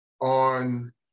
on